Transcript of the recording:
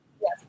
Yes